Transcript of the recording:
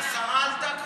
השרה עלתה כבר.